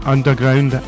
Underground